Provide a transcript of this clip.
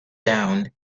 down